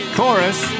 Chorus